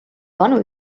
vanu